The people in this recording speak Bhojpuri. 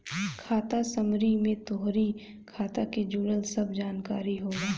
खाता समरी में तोहरी खाता के जुड़ल सब जानकारी होला